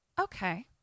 okay